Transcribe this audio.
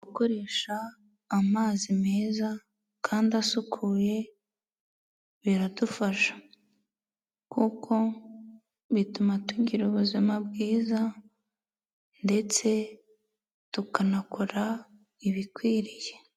Gukoresha amazi meza kandi asukuye biradufasha, kuko bituma tugira ubuzima bwiza ndetse tukanakora ibikwiriye.